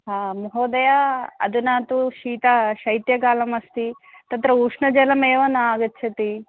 हा महोदय अधुना तु शीत शैत्यकालम् अस्ति तत्र उष्णजलमेव न आगच्छति